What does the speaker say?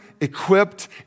equipped